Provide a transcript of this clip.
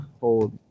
hold